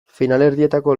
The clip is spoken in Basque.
finalerdietako